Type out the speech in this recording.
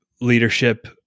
leadership